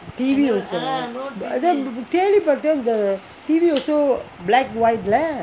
T_V also ah கேள்வி பட்டேன்:kelvi patten the T_V also black white ல:le